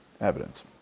evidence